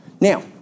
Now